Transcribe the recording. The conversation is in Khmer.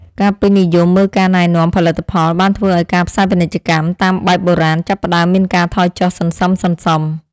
ការពេញនិយមមើលការណែនាំផលិតផលបានធ្វើឱ្យការផ្សាយពាណិជ្ជកម្មតាមបែបបុរាណចាប់ផ្តើមមានការថយចុះសន្សឹមៗ។